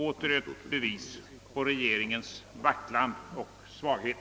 Åter ett bevis på regeringens vacklan och svaghet!